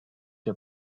der